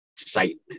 excitement